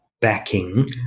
backing